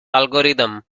algorithm